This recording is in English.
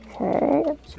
Okay